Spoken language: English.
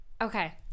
Okay